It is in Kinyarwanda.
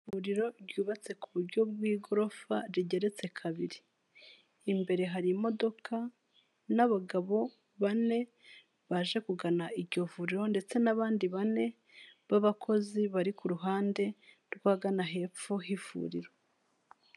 Ivuriro ryubatse ku buryo bw'igorofa rigeretse kabiri, imbere hari imodoka n'abagabo bane baje kugana iryo vuriro ndetse n'abandi bane b'abakozi bari ku ruhande rw'ahagana hepfo y'ivuriro.